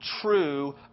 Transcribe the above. true